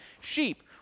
Sheep